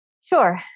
Sure